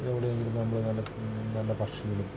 എവിടെയെങ്കിലും നമ്മൾ നല്ല നല്ല പക്ഷികളും